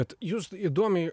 bet jūs įdomiai